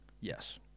Yes